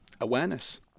awareness